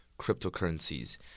cryptocurrencies